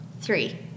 three